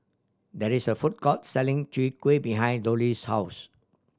there is a food court selling Chwee Kueh behind Dolly's house